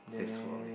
FaceBook only